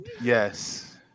yes